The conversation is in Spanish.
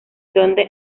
donde